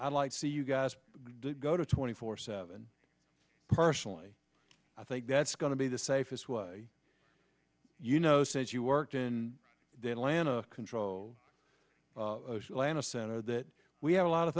i'd like to see you guys go to twenty four seven personally i think that's going to be the safest way you know says you worked in the atlanta contro elana center that we have a lot of